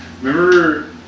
remember